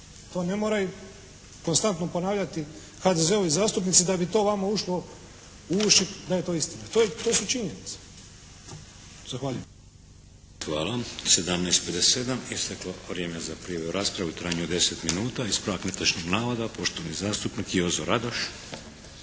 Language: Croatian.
To ne moraju konstantno ponavljati HDZ-ovi zastupnici da bi to vama ušlo u uši da je to istina. To su činjenice. Zahvaljujem.